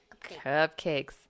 Cupcakes